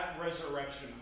resurrection